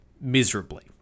miserably